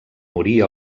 morir